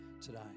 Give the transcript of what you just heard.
today